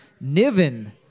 Niven